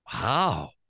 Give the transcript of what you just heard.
wow